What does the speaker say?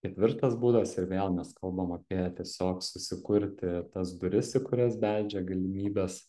ketvirtas būdas ir vėl mes kalbam apie tiesiog susikurti tas duris į kurias beldžia galimybės